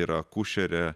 ir akušerę